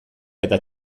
eta